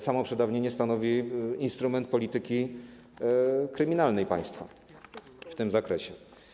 Samo przedawnienie stanowi instrument polityki kryminalnej państwa w tym zakresie.